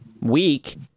week